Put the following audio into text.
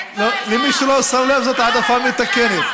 למי שלא שם לב, זאת העדפה מתקנת.